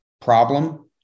problem